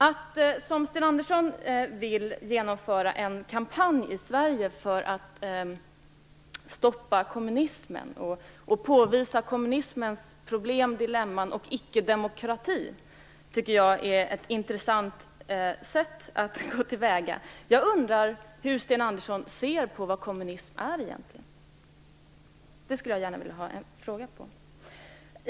Att som Sten Andersson vill genomföra en kampanj i Sverige för att stoppa kommunismen och påvisa kommunismens problem, dilemman och ickedemokrati tycker jag är ett intressant sätt att gå till väga. Jag undrar hur Sten Andersson ser på vad kommunism egentligen är. Det skulle jag gärna vilja ha ett svar på.